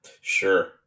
Sure